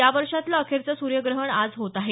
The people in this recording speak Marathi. या वर्षातलं अखेरचं सूर्यग्रहण आज होत आहे